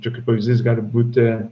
čia kaip pavyzdys gali būti